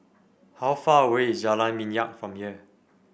how far away is Jalan Minyak from here